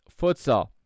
futsal